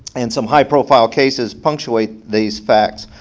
and some high-profile cases punctuate these facts.